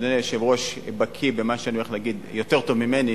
אדוני היושב-ראש בקי במה שאני הולך להגיד יותר טוב ממני,